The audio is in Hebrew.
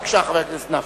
בבקשה, חבר הכנסת נפאע.